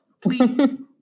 please